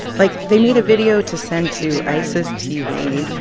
like, they made a video to send to isis tv,